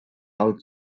out